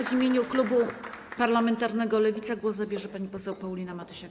W imieniu klubu parlamentarnego Lewica głos zabierze pani poseł Paulina Matysiak.